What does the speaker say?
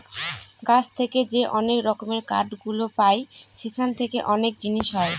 গাছ থেকে যে অনেক রকমের কাঠ গুলো পায় সেখান থেকে অনেক জিনিস হয়